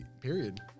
Period